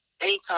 anytime